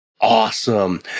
awesome